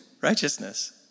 righteousness